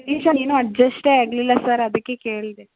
medicine ಏನೂ ಅಜ್ಜೆಸ್ಟೇ ಆಗಲಿಲ್ಲ ಸರ್ ಅದಕ್ಕೇ ಕೇಳಿದೆ